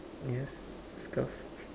yes scarf